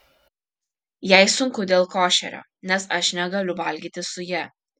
jai sunku dėl košerio nes aš negaliu valgyti su ja